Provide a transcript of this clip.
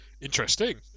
interesting